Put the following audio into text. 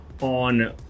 on